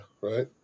right